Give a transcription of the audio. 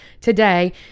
today